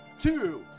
two